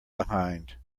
behind